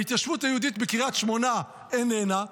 ההתיישבות היהודית בקרית שמונה איננה,